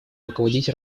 руководить